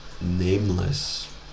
nameless